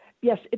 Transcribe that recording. Yes